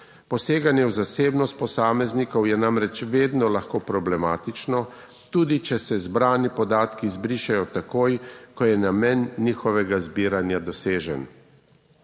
Poseganje v zasebnost posameznikov je namreč vedno lahko problematično, tudi če se zbrani podatki izbrišejo takoj, ko je namen njihovega zbiranja dosežen.